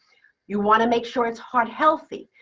you want to make sure it's heart healthy.